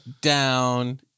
down